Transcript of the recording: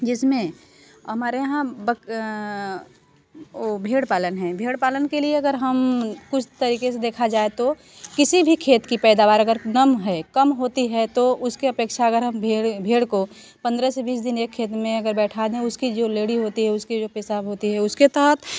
जिसमें हमारे यहाँ बक वो भेड़ पालन है भेड़ पालन के लिए अगर हम कुछ तरीके से देखा जाए तो किसी भी खेत की पैदावार अगर नम है कम होती है तो उसकी अपेक्षा अगर हम भेड़ भेड़ को पंद्रह से बीस दिन एक खेत में अगर बैठा दें उसकी जो लेड़ी होती है उसका जो पेशाब होता है उसके साथ